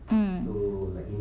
mm